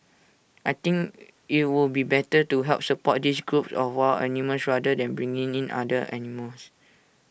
I think IT would be better to help support these groups of wild animals rather than bring in other animals